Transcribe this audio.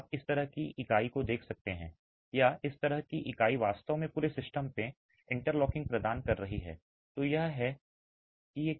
तो आप इस तरह की एक इकाई को देख सकते हैं या इस तरह की इकाई वास्तव में पूरे सिस्टम में इंटरलॉकिंग प्रदान कर रही है